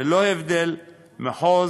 ללא הבדל מחוז,